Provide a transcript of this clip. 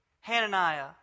Hananiah